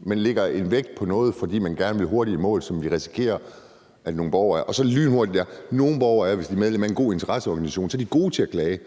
Man vægter noget, fordi man gerne vil hurtigt i mål – lynhurtigt. Nogle borgere er, hvis de er medlem af en god interesseorganisation, gode til at klage.